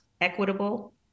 equitable